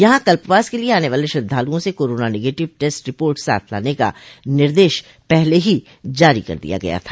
यहां कल्पवास के लिए आने वाले श्रद्वालूओं से कोरोना निगेटिव टेस्ट रिर्पोट साथ लाने का निर्देश पहले ही जारी कर दिया गया था